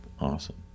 Awesome